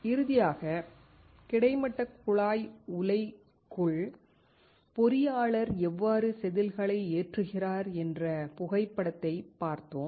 இறுதியாக கிடைமட்ட குழாய் உலைக்குள் பொறியாளர் எவ்வாறு செதில்களை ஏற்றுகிறார் என்ற புகைப்படத்தைப் பார்த்தோம்